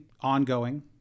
ongoing